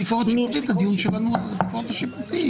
הדיון שלנו הוא על הביקורת השיפוטית.